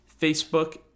Facebook